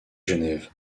genève